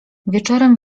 wieczorem